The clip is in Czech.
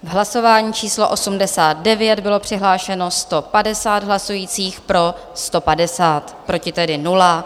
Hlasování číslo 89, bylo přihlášeno 150 hlasujících, pro 150, proti tedy 0.